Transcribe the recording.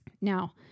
Now